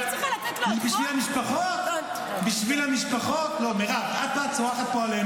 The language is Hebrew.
הם לא הסכימו --- אבל המשפחות פה --- את באה ועושה כאן פוליטיקה,